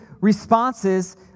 responses